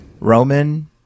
roman